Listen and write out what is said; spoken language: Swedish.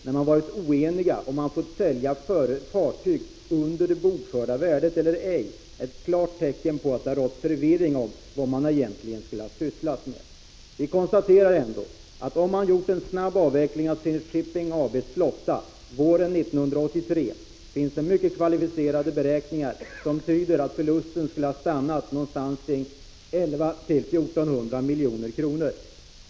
Man har varit oenig om huruvida man fått sälja fartyg under det bokförda värdet eller ej. Det är ett klart tecken på att det har rått förvirring om vad man egentligen skulle ha sysslat med. Vi konstaterar att om man hade gjort en snabb avveckling av Zenit Shipping AB:s flotta våren 1983, så tyder mycket kvalificerade beräkningar på att förlusten skulle ha stannat på 1 100—-1 400 miljoner.